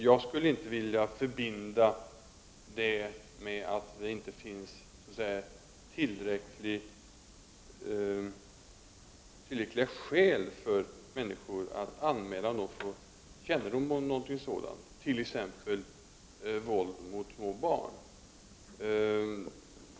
Jag skulle inte vilja förbinda detta med att det inte finns tillräckliga skäl för människor att anmäla om de får kännedom om någonting sådant, t.ex. våld mot småbarn.